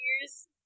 Years